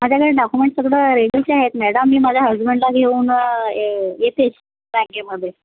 माझ्याकडे डाकुमेंट्स सगळे रेडीच आहेत मॅडम आता मी माझ्या हजबंडला घेऊन ये येतेच बँकेमध्ये